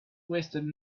wasted